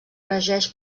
regeix